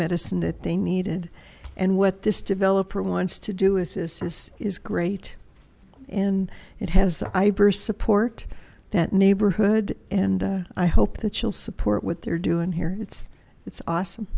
medicine that they needed and what this developer wants to do with this is is great and it has i burst support that neighborhood and i hope that you'll support what they're doing here it's it's awesome